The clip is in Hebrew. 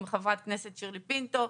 עם חברת כנסת שירלי פינטו.